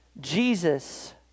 Jesus